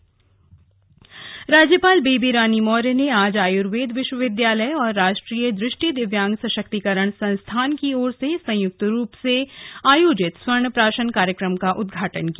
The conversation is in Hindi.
स्वर्ण प्राशन कार्यक्रम राज्यपाल बेबी रानी मौर्य ने आज आयुर्वेद विश्वविद्यालय और राष्ट्रीय दृष्टि दिव्यांग सशक्तीकरण संस्थान की ओर से संयुक्त रुप से आयोजित स्वर्ण प्राशन कार्यक्रम का उद्घाटन किया